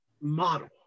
model